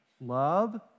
love